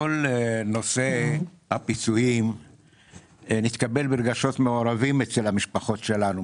כל נושא הפיצויים נתקבל ברגשות מעורבים אצל המשפחות שלנו,